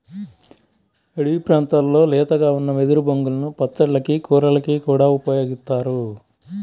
అడివి ప్రాంతాల్లో లేతగా ఉన్న వెదురు బొంగులను పచ్చళ్ళకి, కూరలకి కూడా ఉపయోగిత్తారు